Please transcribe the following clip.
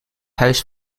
huis